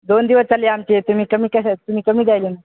दोन दिवस चालले आमचे तुम्ही कमी कशात तुम्ही कमी द्यायलेन